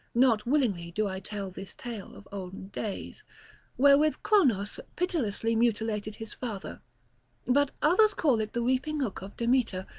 not willingly do i tell this tale of olden days wherewith cronos pitilessly mutilated his father but others call it the reaping-hook of demeter,